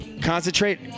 concentrate